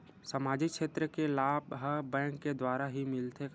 सामाजिक क्षेत्र के लाभ हा बैंक के द्वारा ही मिलथे का?